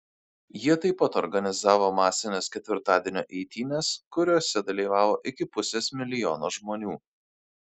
jie taip pat organizavo masines ketvirtadienio eitynes kuriose dalyvavo iki pusės milijono žmonių